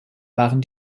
waren